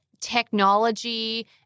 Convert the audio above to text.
technology